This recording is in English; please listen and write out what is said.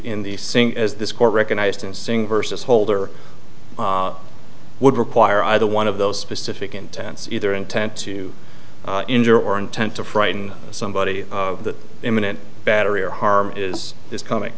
in the sing as this court recognized and seeing versus holder would require either one of those specific intents either intent to injure or intent to frighten somebody the imminent battery or harm is this coming